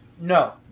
no